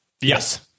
Yes